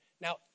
Now